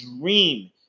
dream